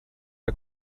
der